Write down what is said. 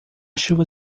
chuva